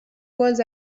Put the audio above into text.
was